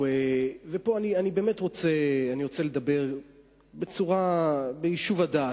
פה אני באמת רוצה לדבר ביישוב הדעת.